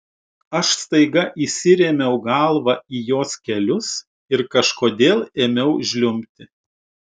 aš staiga įsirėmiau galva į jos kelius ir kažkodėl ėmiau žliumbti